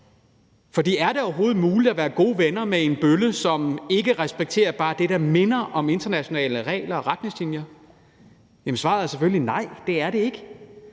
For er det overhovedet muligt at være gode venner med en bølle, som ikke respekterer bare det, der minder om internationale regler og retningslinjer? Svaret er selvfølgelig, at nej, det er det ikke.